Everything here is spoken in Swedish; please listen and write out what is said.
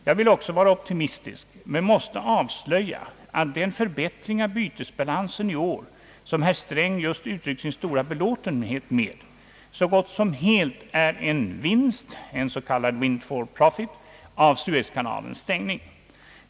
Jag vill också vara op timistisk men måste avslöja att den förbättring av bytesbalansen i år, som herr Sträng just uttryckt sin stora belåtenhet med, så gott som helt är en s, k. windfall profit, en vinst av Suezkanalens stängning.